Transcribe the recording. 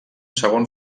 segon